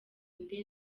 nde